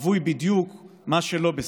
חבוי בדיוק מה שלא 'בסדר':